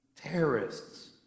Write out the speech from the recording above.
Terrorists